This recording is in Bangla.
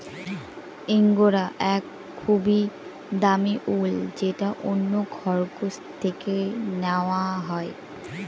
ইঙ্গরা এক খুবই দামি উল যেটা অন্য খরগোশ থেকে নেওয়া হয়